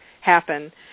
happen